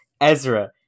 Ezra